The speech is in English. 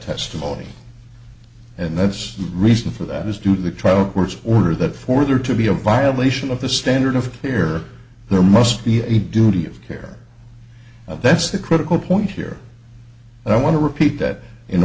testimony and that's reason for that is due to the trial works order that for there to be a violation of the standard of care there must be a duty of care that's the critical point here and i want to repeat that in